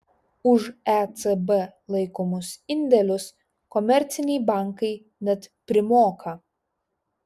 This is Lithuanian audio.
už ecb laikomus indėlius komerciniai bankai net primoka